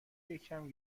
یکم